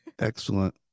excellent